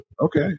Okay